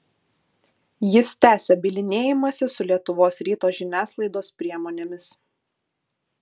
jis tęsia bylinėjimąsi su lietuvos ryto žiniasklaidos priemonėmis